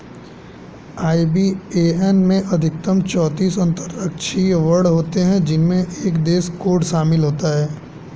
IBAN में अधिकतम चौतीस अक्षरांकीय वर्ण होते हैं जिनमें एक देश कोड शामिल होता है